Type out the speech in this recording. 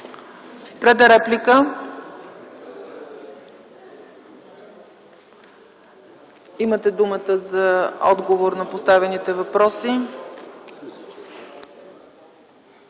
Трета реплика? Имате думата за отговор на поставените въпроси.